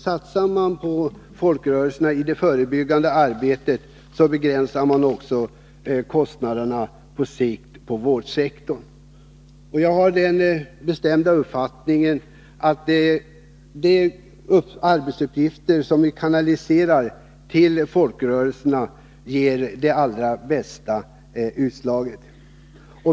Satsar man på folkrörelserna i det förebyggande arbetet, begränsar man också på sikt kostnaderna inom vårdsektorn. Jag har den bestämda uppfattningen att de uppgifter som vi kanaliserar till folkrörelserna ger det allra bästa utslaget.